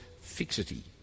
fixity